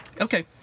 Okay